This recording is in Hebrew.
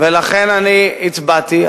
ולכן אני הצבעתי,